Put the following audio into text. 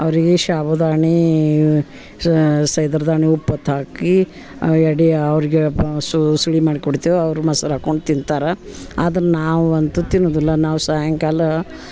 ಅವರಿಗೆ ಸಾಬುದಣ್ಣೀ ಸೈದರ್ದಾಣಿ ಉಪ್ಪತ್ ಹಾಕಿ ಎಡೆ ಅವ್ರಿಗೆ ಪ ಉಸುಳಿ ಮಾಡ್ಕೊಡ್ತೇವೆ ಅವ್ರು ಮೊಸ್ರ್ ಹಾಕೊಂಡು ತಿಂತಾರೆ ಅದನ್ನು ನಾವು ಅಂತೂ ತಿನ್ನುವುದಿಲ್ಲ ನಾವು ಸಾಯಂಕಾಲ